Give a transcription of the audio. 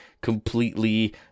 completely